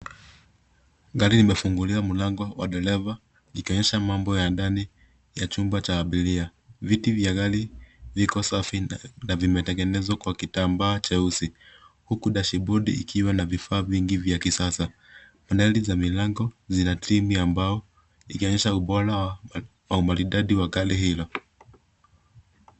Gari imefunguliwa mlango wa dereva ikionyesha mabo Cha ndani cha abiria. Viti vya gari riko safi na vimetengenezwa kwa kitambaa jeusi hula dash bodi ikwa na vifaa vingi vya kisasa . Tairi za miilango zina trimu ambayo inaonyesha ubora wa maridadi wa gari hilo.